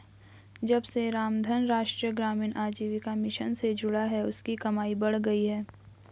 जब से रामधन राष्ट्रीय ग्रामीण आजीविका मिशन से जुड़ा है उसकी कमाई बढ़ गयी है